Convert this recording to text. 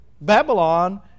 Babylon